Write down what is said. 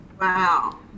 Wow